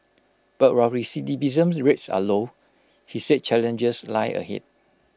but while recidivism rates are low he said challenges lie ahead